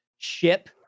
ship